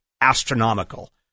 astronomical